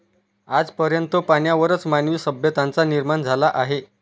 आज पर्यंत पाण्यावरच मानवी सभ्यतांचा निर्माण झाला आहे